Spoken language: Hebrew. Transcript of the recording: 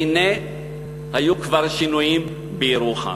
והנה היו כבר שינויים בירוחם.